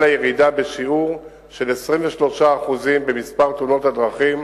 ירידה בשיעור של 23% במספר תאונות הדרכים